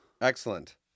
Excellent